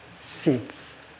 seeds